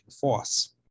force